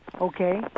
Okay